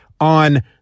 on